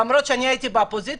למרות שהייתי באופוזיציה,